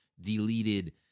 deleted